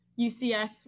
UCF